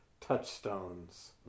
touchstones